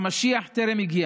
המשיח טרם הגיע.